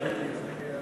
שעה)